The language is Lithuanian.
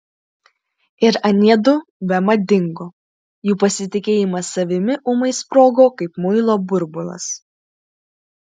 ir aniedu bemat dingo jų pasitikėjimas savimi ūmai sprogo kaip muilo burbulas